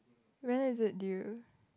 when is it due